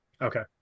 Okay